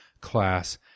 class